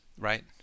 right